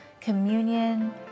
communion